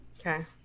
Okay